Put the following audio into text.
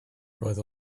roedd